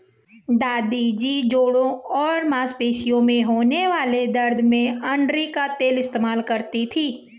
दादी जी जोड़ों और मांसपेशियों में होने वाले दर्द में अरंडी का तेल इस्तेमाल करती थीं